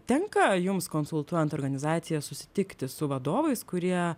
tenka jums konsultuojant organizacijas susitikti su vadovais kurie